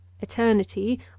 eternity